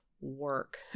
work